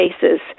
cases